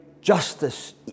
justice